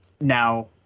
now